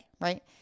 Right